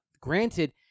granted